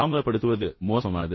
தாமதப்படுத்துவது மோசமானது